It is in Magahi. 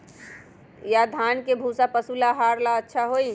या धान के भूसा पशु के आहार ला अच्छा होई?